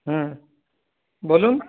বলুন